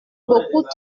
beaucoup